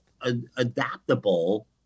adaptable